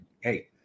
hey